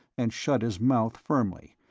and shut his mouth firmly,